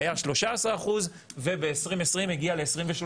היה 13% וב-2020 הגיע ל-23%,